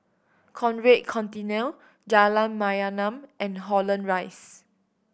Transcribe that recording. Conrad Centennial Jalan Mayaanam and Holland Rise